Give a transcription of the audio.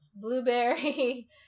blueberry